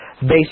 based